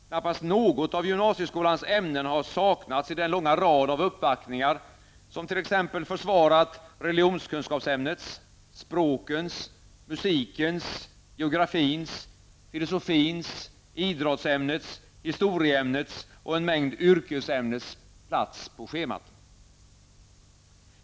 Knappast något av gymnasieskolans ämnen har saknats i den långa rad av uppvaktningar som t.ex. försvarat religionskunskapsämnets, språkens, musikens, geografins, filosofins, idrottsämnets, historieämnets och en mängd yrkesämnens plats på schemat.